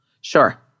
Sure